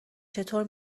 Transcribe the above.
چطور